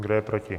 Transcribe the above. Kdo je proti?